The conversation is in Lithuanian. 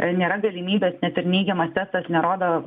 nėra galimybės net ir neigiamas testas nerodo